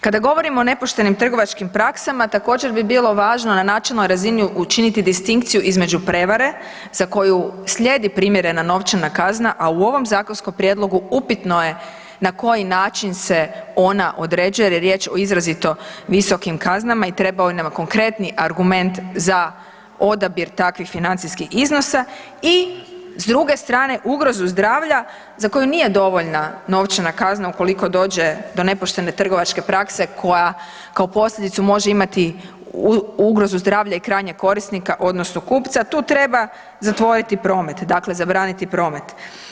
Kada govorimo o nepoštenim trgovačkim praksama, također bi bilo važno na načelnoj razini učiniti distinkciju između prevare za koju slijedi primjerena novčana kazna u ovom zakonskom prijedlogu, upitno je na koji način se ona određuje jer je riječ o izrazito visokim kaznama i trebaju nam konkretni argument za odabir takvih financijskih iznosa i s druge strane, ugrozu zdravlja za koji nije dovoljna novčana kazna ukoliko dođe do nepoštene trgovačke prakse koja kao posljedicu može imati ugrozu zdravlja i krajnjeg korisnika odnosno kupca, tu treba zatvoriti promet, dakle zabraniti promet.